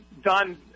done